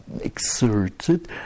exerted